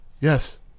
Yes